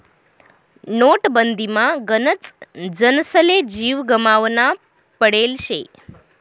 नोटबंदीमा गनच जनसले जीव गमावना पडेल शे